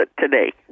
today